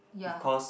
ya